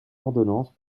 ordonnances